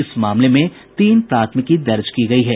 इस मामले में तीन प्राथमिकी दर्ज की गयी हैं